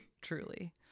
truly